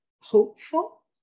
hopeful